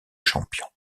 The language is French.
champion